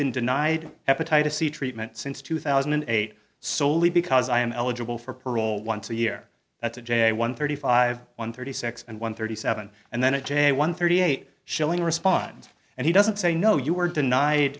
been denied hepatitis c treatment since two thousand and eight solely because i am eligible for parole once a year that's a j one thirty five one thirty six and one thirty seven and then a j one thirty eight shilling responds and he doesn't say no you were denied